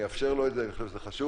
אאפשר לו את זה, אני חושב שזה חשוב.